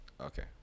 okay